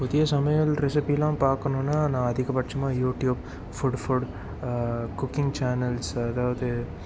புதிய சமையல் ரெசிபீலாம் பார்க்கணுன்னா நான் அதிகபட்சமாக YouTube food food cooking channels அதாவது